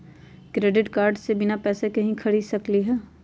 Credit card से बिना पैसे के ही खरीद सकली ह?